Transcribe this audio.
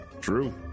True